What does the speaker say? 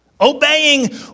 Obeying